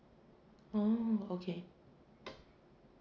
oh okay